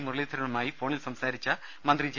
മുരളീധരനുമായി ഫോണിൽ സംസാരിച്ച മന്ത്രി ജെ